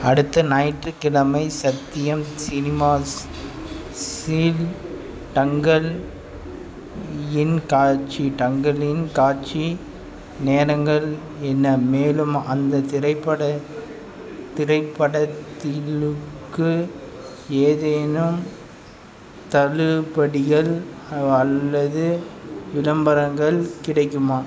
அடுத்த ஞாயிற்றுக்கிழமை சத்யம் சினிமாஸ் இல் தங்கல் இன் காட்சி தங்கலின் காட்சி நேரங்கள் என்ன மேலும் அந்தத் திரைப்பட திரைப்பட திரைப்படத்திலுக்கு ஏதேனும் தள்ளுபடிகள் அல்லது விளம்பரங்கள் கிடைக்குமா